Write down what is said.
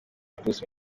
bruce